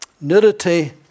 Nudity